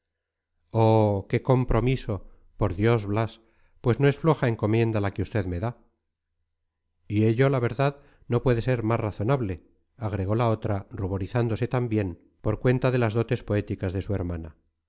oh qué compromiso por dios blas pues no es floja encomienda la que usted me da y ello la verdad no puede ser más razonable agregó la otra ruborizándose también por cuenta de las dotes poéticas de su hermana